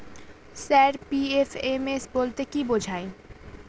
Sir PFMS বলতে কি বোঝায়?